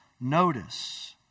Notice